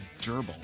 gerbil